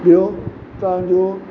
ॿियो तव्हांजो